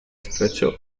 estrecho